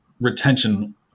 retention